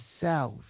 South